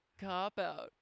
cop-out